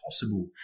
possible